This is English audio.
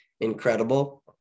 incredible